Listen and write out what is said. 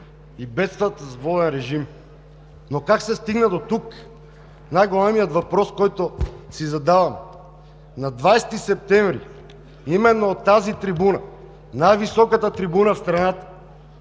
и бедстват с воден режим. Но как се стигна дотук – най-големият въпрос, който си задавам. На 20 септември именно от тази трибуна, най-високата трибуна в страната,